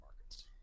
markets